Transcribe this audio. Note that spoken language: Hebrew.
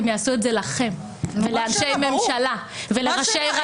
הם יעשו את זה לכם, לאנשי ממשלה ולראשי רשויות.